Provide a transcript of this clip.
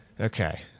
okay